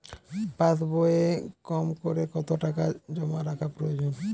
পাশবইয়ে কমকরে কত টাকা জমা রাখা প্রয়োজন?